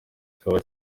kikaba